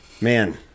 Man